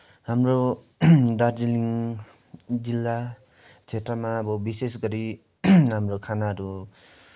हाम्रो दार्जिलिङ जिल्ला क्षेत्रमा अब विशेष गरी हाम्रो खानाहरू